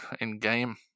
in-game